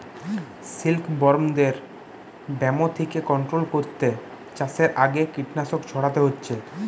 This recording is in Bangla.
সিল্কবরমদের ব্যামো থিকে কন্ট্রোল কোরতে চাষের আগে কীটনাশক ছোড়াতে হচ্ছে